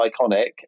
iconic